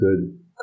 good